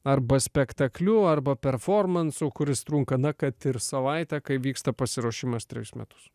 arba spektakliu arba performansu kuris trunka na kad ir savaitę kai vyksta pasiruošimas trejus metus